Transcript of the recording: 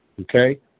okay